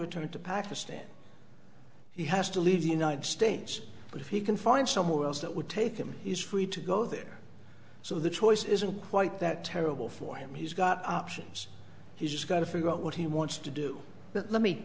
return to pakistan he has to leave the united states but if he can find somewhere else that would take him he's free to go there so the choice isn't quite that terrible for him he's got options he's got to figure out what he wants to do but let me